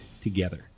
together